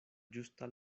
ĝusta